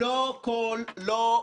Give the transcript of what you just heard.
בבקשה, יקירי, יואב.